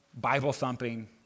Bible-thumping